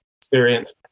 experience